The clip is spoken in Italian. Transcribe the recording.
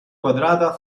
quadrata